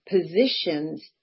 positions